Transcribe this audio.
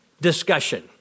discussion